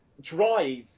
drive